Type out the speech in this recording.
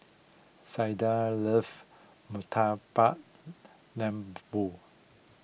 Zaiden loves Murtabak Lembu